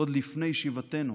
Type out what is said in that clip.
עוד לפני שיבתנו